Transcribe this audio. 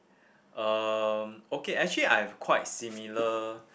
um okay actually I've quite similar